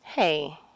Hey